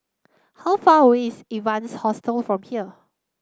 how far away is Evans Hostel from here